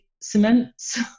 cements